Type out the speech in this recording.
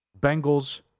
Bengals